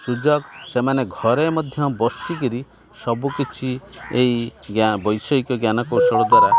ସୁଯୋଗ ସେମାନେ ଘରେ ମଧ୍ୟ ବସିକି ସବୁକିଛି ଏଇ ବୈଷୟିକ ଜ୍ଞାନ କୌଶଳ ଦ୍ୱାରା